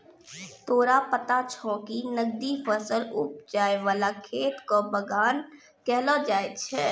तोरा पता छौं कि नकदी फसल उपजाय वाला खेत कॅ बागान कहलो जाय छै